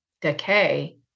decay